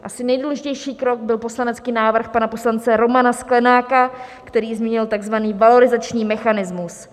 Asi nejdůležitější krok byl poslanecký návrh pana poslance Romana Sklenáka, který změnil takzvaný valorizační mechanismus.